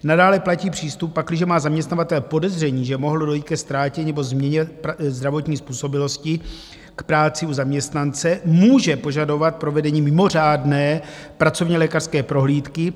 Nadále platí přístup, pakliže má zaměstnavatel podezření, že mohlo dojít ke ztrátě nebo změně zdravotní způsobilosti k práci u zaměstnance, může požadovat provedení mimořádné pracovnělékařské prohlídky.